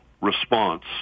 response